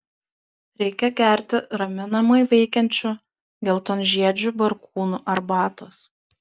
reikia gerti raminamai veikiančių geltonžiedžių barkūnų arbatos